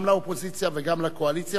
גם לאופוזיציה וגם לקואליציה,